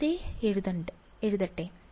വെറുതെ എഴുതട്ടെ